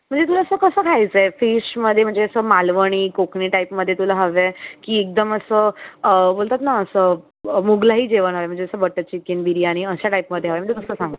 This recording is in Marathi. म्हणजे तुला असं कसं खायचं फिशमध्ये म्हणजे असं मालवणी कोकणी टाईपमध्ये तुला हवे की एकदम असं बोलतात ना असं मोगलाई जेवण हवं आहे म्हणजे असं बटर चिकन बिर्याणी अशा टाइपमध्ये हवं आहे म्हणजे कसं सांग